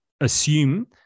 assume